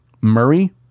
Murray